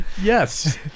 yes